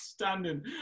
standing